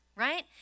Right